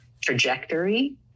trajectory